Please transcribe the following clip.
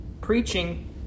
preaching